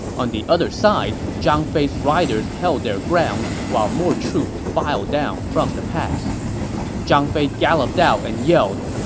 on the other side, zhang fei's riders held their ground while more troops filed down from the pass zhang fei galloped out and yelled,